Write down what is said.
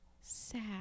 sad